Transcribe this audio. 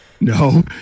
No